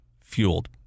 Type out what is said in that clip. fueled